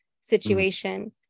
situation